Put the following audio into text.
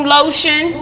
lotion